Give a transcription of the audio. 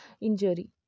injury